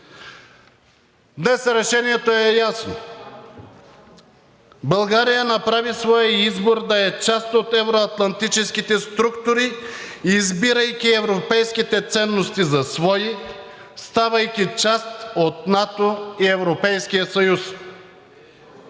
Днес решението е ясно: България направи своя избор да е част от евро-атлантическите структури, избирайки европейските ценности за свои, ставайки част от НАТО и Европейския съюз.